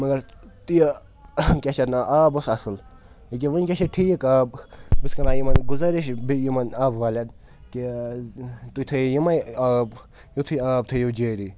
مگر تہِ کیٛاہ چھِ اَتھ ناو آب اوس اَصٕل ییٚکیٛاہ وٕنۍکٮ۪س چھِ ٹھیٖک آب بہٕ چھُس کران یِمَن گُزٲرِش بیٚیہِ یِمَن آبہٕ والٮ۪ن کہِ تُہۍ تھٲیو یِمَے آب یُتھُے آب تھٲیِو جٲری